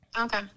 Okay